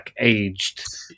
aged